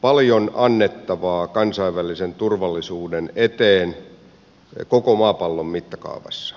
paljon annettavaa kansainvälisen turvallisuuden eteen koko maapallon mittakaavassa